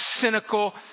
cynical